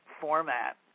format